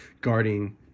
guarding